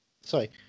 Sorry